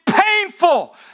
painful